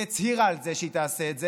והצהירה שהיא תעשה את זה,